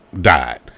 died